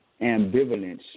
ambivalence